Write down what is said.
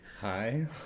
hi